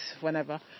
whenever